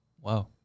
Wow